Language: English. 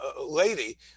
Lady